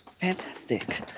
Fantastic